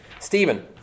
Stephen